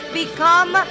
become